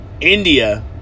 India